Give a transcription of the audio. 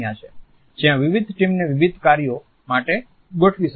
જ્યાં વિવિધ ટીમને વિવિધ કાર્યો માટે ગોઠવી શકાય છે